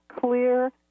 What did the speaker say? clear